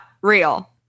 real